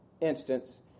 instance